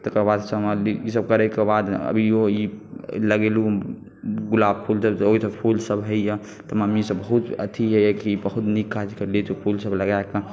तकरबाद सऽ हमरा ई सब करय के बाद अभियो ई लगेलहुॅं गुलाब फुल सब फुल होइया त मम्मी सब बहुत अथी अछि कि बहुत नीक काज केलही फुल सब लगा कऽ